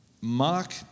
Mark